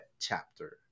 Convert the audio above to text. chapter